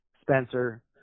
Spencer